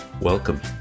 Welcome